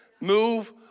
Move